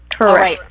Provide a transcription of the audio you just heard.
Correct